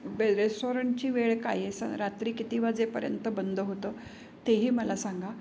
बे रेस्टॉरंटची वेळ काय आहे स रात्री किती वाजेपर्यंत बंद होतं तेही मला सांगा